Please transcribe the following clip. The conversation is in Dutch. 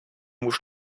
moest